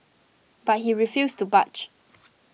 but he refused to budge